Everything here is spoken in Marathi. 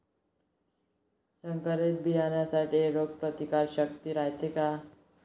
संकरित बियान्यात रोग प्रतिकारशक्ती रायते का?